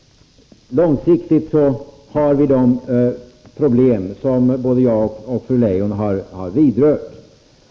Långsiktigt har vi de problem som både jag och fru Leijon har vidrört.